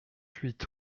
huit